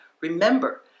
remember